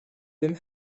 bum